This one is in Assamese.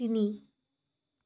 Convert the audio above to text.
তিনি